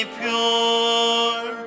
pure